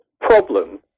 problem